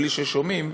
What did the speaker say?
בלי ששומעים,